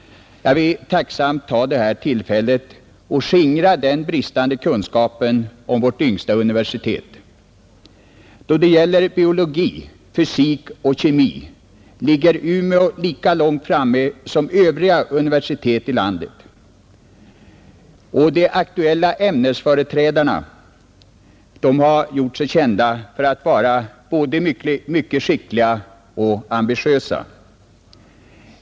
Jag vill tacksamt ta detta tillfälle i akt för att skingra den bristande kunskapen om vårt yngsta universitet, Då det gäller biologi, fysik och kemi ligger Umeå universitet lika långt framme som övriga universitet i landet och de aktuella ämnesföreträdarna har gjort sig kända för att vara både mycket skickliga och ambitiösa.